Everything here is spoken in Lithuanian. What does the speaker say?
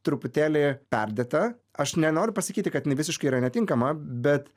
truputėlį perdėta aš nenoriu pasakyti kad jinai visiškai yra netinkama bet